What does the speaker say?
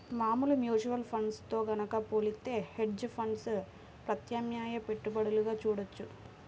మామూలు mutual funds తో గనక పోలిత్తే హెడ్జ్ ఫండ్స్ ప్రత్యామ్నాయ పెట్టుబడులుగా చూడొచ్చు